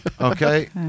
Okay